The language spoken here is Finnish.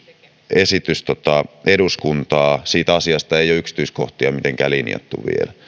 esitys eduskuntaan siitä asiasta ei ole yksityiskohtia mitenkään linjattu vielä